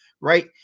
right